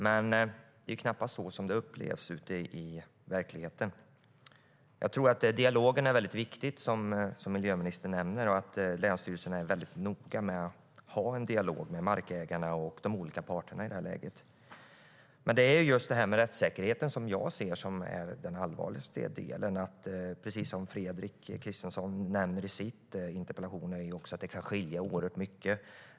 Men det är knappast så det har upplevts ute i verkligheten. Men det är just rättssäkerheten som jag ser som den allvarligaste delen. Precis som Fredrik Christensson nämner i sin interpellation kan det skilja oerhört mycket.